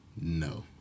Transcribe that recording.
No